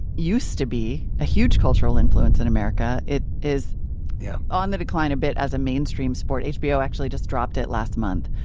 used to be a huge cultural influence in america. it is yeah on the decline a bit as a mainstream sport. hbo actually just dropped it last month.